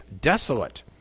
desolate